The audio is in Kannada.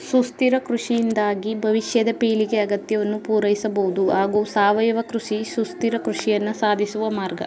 ಸುಸ್ಥಿರ ಕೃಷಿಯಿಂದಾಗಿ ಭವಿಷ್ಯದ ಪೀಳಿಗೆ ಅಗತ್ಯವನ್ನು ಪೂರೈಸಬಹುದು ಹಾಗೂ ಸಾವಯವ ಕೃಷಿ ಸುಸ್ಥಿರ ಕೃಷಿಯನ್ನು ಸಾಧಿಸುವ ಮಾರ್ಗ